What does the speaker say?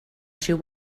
she